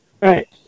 Right